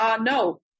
no